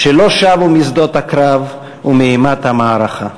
שלא שבו משדות הקרב ומאימת המערכה,